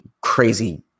crazy